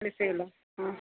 വിളിച്ചേ ഉള്ളാ ആ